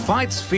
Fights